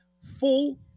full